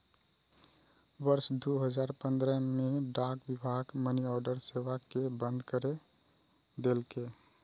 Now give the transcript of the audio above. वर्ष दू हजार पंद्रह मे डाक विभाग मनीऑर्डर सेवा कें बंद कैर देलकै